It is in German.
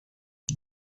die